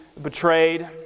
Betrayed